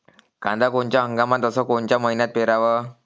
कांद्या कोनच्या हंगामात अस कोनच्या मईन्यात पेरावं?